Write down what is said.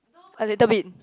a little bit